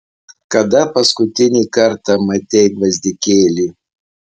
kada paskutinį kartą matei gvazdikėlį